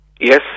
Yes